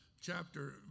chapter